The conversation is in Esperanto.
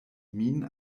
min